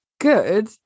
good